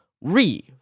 Re